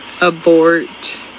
Abort